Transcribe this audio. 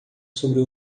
sobre